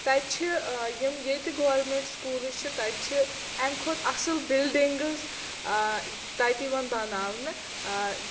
تَتہِ چھِ آ یِم ییٚتہِ گورمِنٹ سکوٗلٕز چھِ تَتہِ چھِ امہِ کھۄتہٕ اَصٕل بِلڈِنٛگٕز آ تَتہِ یِوان بناونہٕ آ